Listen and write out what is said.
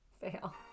Fail